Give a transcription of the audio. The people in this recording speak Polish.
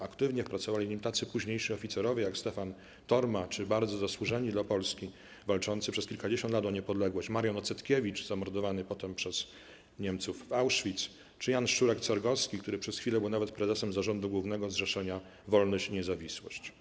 Aktywnie pracowali w nim późniejsi oficerowie jak Stefan Torma czy bardzo zasłużeni dla Polski walczący przez kilkadziesiąt lat o niepodległość Marian Ocetkiewicz zamordowany potem przez Niemców w Auschwitz czy Jan Szczurek-Cergowski, który przez chwilę był nawet prezesem Zarządu Głównego Zrzeszenia Wolność i Niezawisłość.